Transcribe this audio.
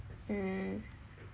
mm